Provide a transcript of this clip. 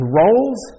roles